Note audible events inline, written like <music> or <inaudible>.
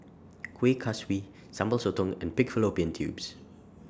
<noise> Kuih Kaswi Sambal Sotong and Pig Fallopian Tubes